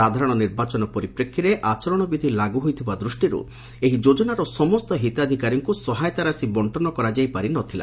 ସାଧାରଣ ନିର୍ବାଚନ ପରିପ୍ରେକ୍ଷୀରେ ଆଚରଣବିଧ ଲାଗୁ ହୋଇଥିବା ଦୃଷ୍ଟିରୁ ଏହି ଯୋଜନାର ସମସ୍ତ ହିତାଧିକାରୀଙ୍କୁ ସହାୟତା ରାଶି ବକ୍କନ କରାଯାଇପାରିନଥିଲା